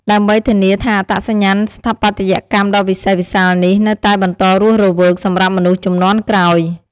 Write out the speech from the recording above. ដើម្បីធានាថាអត្តសញ្ញាណស្ថាបត្យកម្មដ៏វិសេសវិសាលនេះ នៅតែបន្តរស់រវើកសម្រាប់មនុស្សជំនាន់ក្រោយ។